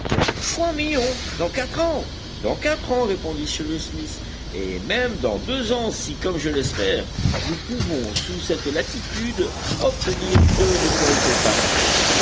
trois millions dans quatre ans dans quatre ans répondit cyrus smith et même dans deux ans si comme je l'espère nous pouvons sous cette latitude obtenir deux récoltes par année